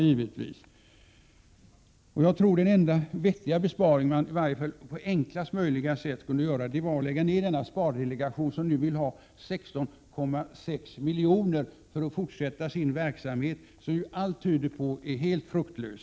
Jag tror att den enda vettiga besparing som man på enklast möjliga sätt skulle kunna göra är att lägga ned denna spardelegation, som nu vill ha 16,6 milj.kr. för att fortsätta sin verksamhet, trots att allt tyder på att den är helt fruktlös.